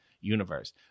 universe